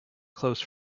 close